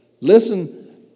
Listen